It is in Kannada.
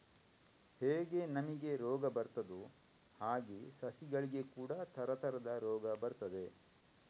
ಹೇಗೆ ನಮಿಗೆ ರೋಗ ಬರ್ತದೋ ಹಾಗೇ ಸಸಿಗಳಿಗೆ ಕೂಡಾ ತರತರದ ರೋಗ ಬರ್ತದೆ